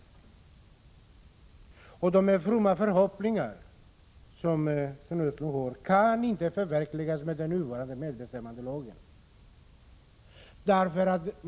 Sten Östlunds fromma förhoppningar kan inte förverkligas med den nuvarande medbestämmandelagen.